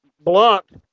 Blocked